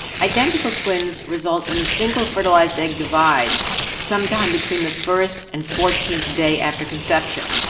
identical twins result when a single fertilized egg divides sometime between the first and fourteenth day after conception.